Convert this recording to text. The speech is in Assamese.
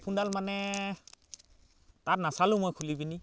হেডফোনডাল মানে তাত নাচালোঁ মই খুলি পিনি